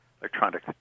electronic